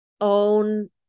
own